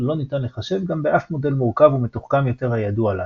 - לא ניתן לחשב גם באף מודל מורכב ומתוחכם יותר הידוע לנו.